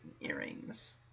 earrings